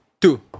Two